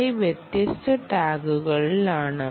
RSSI വ്യത്യസ്ത ടാഗുകളിലാണ്